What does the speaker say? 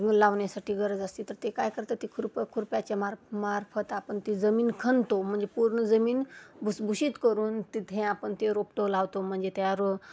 लावण्यासाठी गरज असती तर ते काय करतात ती खुरपंं खुरप्याच्या मार मार्फत आपण ती जमीन खणतो म्हणजे पूर्ण जमीन भुसभुशीत करून तिथे आपण ते रोपटं लावतो म्हणजे त्या रो